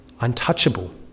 untouchable